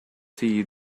see